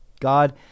God